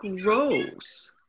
gross